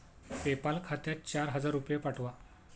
PayPal खात्यात चार हजार रुपये पाठवा